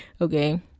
Okay